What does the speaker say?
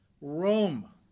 Rome